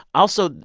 also,